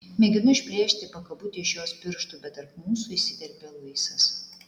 mėginu išplėšti pakabutį iš jos pirštų bet tarp mūsų įsiterpia luisas